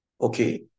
Okay